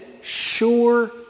sure